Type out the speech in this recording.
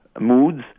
moods